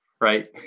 right